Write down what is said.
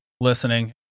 listening